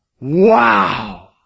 wow